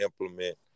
implement